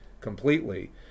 completely